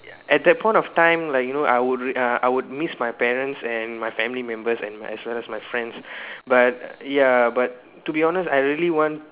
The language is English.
at that point of time like you know I would I would miss my parents and my family members and as well as my friends but ya but to be honest I really want